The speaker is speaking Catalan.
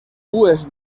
dues